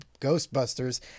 Ghostbusters